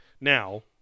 Now